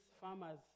farmer's